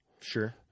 Sure